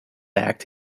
act